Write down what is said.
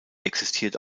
existiert